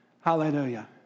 Hallelujah